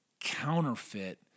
counterfeit